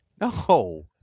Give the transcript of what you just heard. No